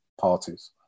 parties